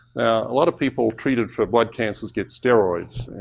a lot of people treated for blood cancers get steroids,